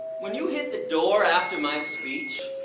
when you hit the door, after my speech.